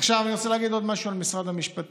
עכשיו אני רוצה להגיד עוד משהו על משרד המשפטים.